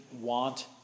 want